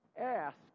Ask